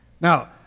Now